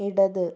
ഇടത്